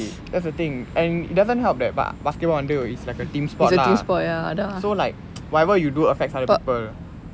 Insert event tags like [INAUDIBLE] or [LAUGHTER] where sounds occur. that's the thing and it doesn't help that ba~ basketball வந்து:vanthu is like a team sport ah so it's like [NOISE] whatever you do affects other people